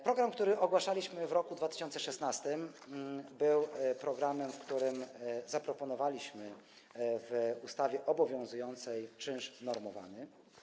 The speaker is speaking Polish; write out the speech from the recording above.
Program, który ogłaszaliśmy w roku 2016, był programem, w którym zaproponowaliśmy w ustawie obowiązującej czynsz normowany.